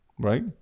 right